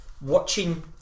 watching